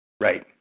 Right